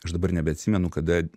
aš dabar nebeatsimenu kada